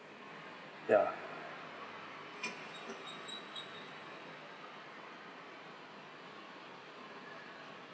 yeah